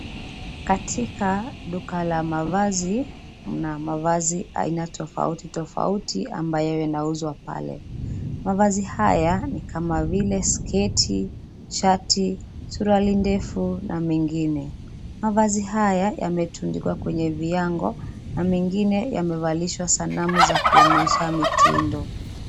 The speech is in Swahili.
Katika duka la mavazi mna mavazi aina tofauti tofauti ambayo inauzwa pale. Mavazi haya ni kama sketi, shati, suruali ndefu na mengine. Mavazi haya yametundikwa kwenye viango na mengine yamevalishwa sanamu za kuonyesha mitindo.